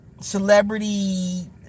celebrity